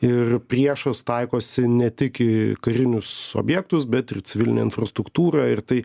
ir priešas taikosi ne tik į karinius objektus bet ir į civilinę infrastruktūrą ir tai